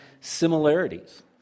similarities